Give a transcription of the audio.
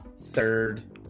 third